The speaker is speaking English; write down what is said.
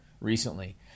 recently